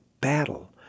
battle